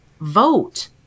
vote